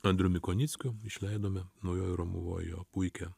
andrium kunickiu išleidome naujojoj romuvoj jo puikią